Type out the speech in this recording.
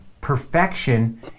perfection